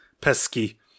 pesky